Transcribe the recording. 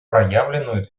проявленную